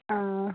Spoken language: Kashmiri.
آ